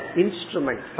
instrument